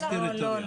אלא,